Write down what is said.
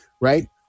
right